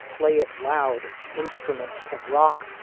play it loud instruments of rock.